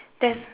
there's